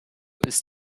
ist